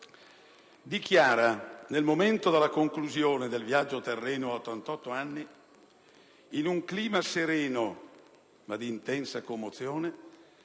Di Chiara, nel momento della conclusione del viaggio terreno ad 88 anni, in un clima sereno ma di intensa commozione,